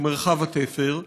שהוא מרחב התפר,